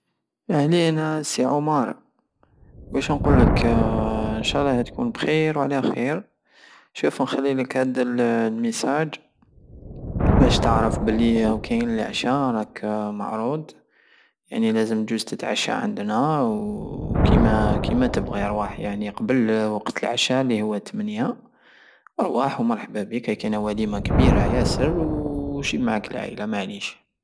اهلين يا سي عمار واش نقلك نشالله تكون بخير وعلى خير شوف نخليليك هاد الميساج بش تعرف بلي او كاين لعشى راك معروض يعني جوز تتعشى عندنا وكيما تبغي ارواه قبل وقت العشاء الي هو التماني ارواح ومرحبة بيك راهي كاينة وليمة كبيرة ياسر وجيب معاك العايلة معليش